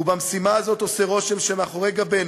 ובמשימה הזאת, עושה רושם שמאחורי גבנו,